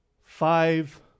five